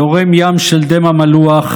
זורם ים של דמע מלוח,